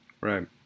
Right